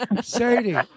Sadie